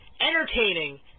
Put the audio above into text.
entertaining